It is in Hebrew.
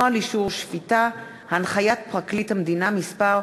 נוהל אישור שפיטה, הנחיית פרקליט המדינה מס'